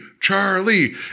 Charlie